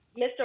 Mr